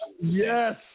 Yes